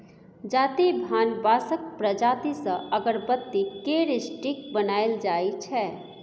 जाति भान बाँसक प्रजाति सँ अगरबत्ती केर स्टिक बनाएल जाइ छै